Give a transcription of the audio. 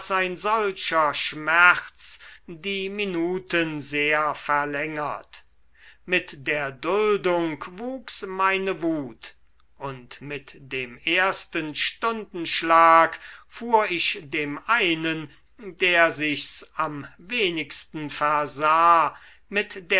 ein solcher schmerz die minuten sehr verlängert mit der duldung wuchs meine wut und mit dem ersten stundenschlag fuhr ich dem einen der sich's am wenigsten versah mit